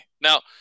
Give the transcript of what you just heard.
Now